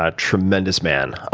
ah tremendous man.